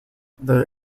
they